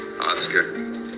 Oscar